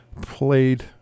played